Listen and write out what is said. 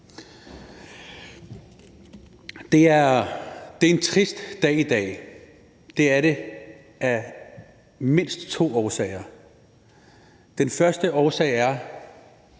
Det er en trist dag i dag. Det er det af mindst to årsager. Den første årsag er,